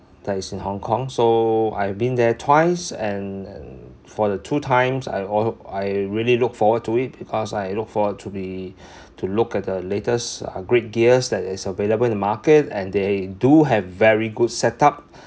that is in Hong-Kong so I've been there twice and and for the two times I all I really look forward to it because I look forward to be to look at the latest upgrade gears that is available in the market and they do have very good set-up